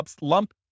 lump